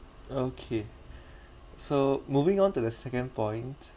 okay so moving on to the second point